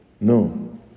No